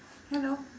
hello